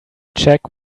check